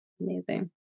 Amazing